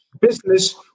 business